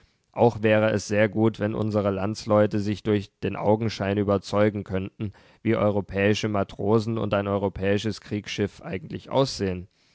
auch wäre es sehr gut wenn unsere landsleute sich durch den augenschein überzeugen könnten wie europäische matrosen und ein europäisches kriegsschiff eigentlich